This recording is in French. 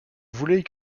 voulait